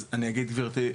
אז אני אגיד גברתי.